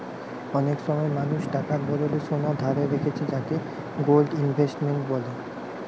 অনেক সময় মানুষ টাকার বদলে সোনা ধারে রাখছে যাকে গোল্ড ইনভেস্টমেন্ট বলে